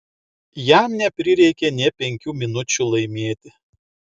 jam neprireikė nė penkių minučių laimėti